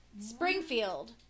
Springfield